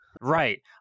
right